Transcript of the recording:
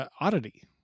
oddity